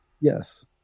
Yes